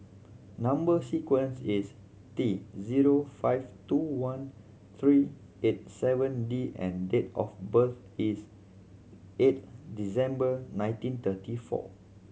number sequence is T zero five two one three eight seven D and date of birth is eight December nineteen thirty four